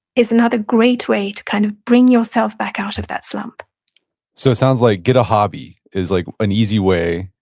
is another great way to kind of bring yourself back out of that slump so it sounds like get a hobby is like an easy way.